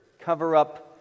cover-up